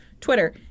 Twitter